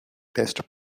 test